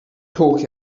talk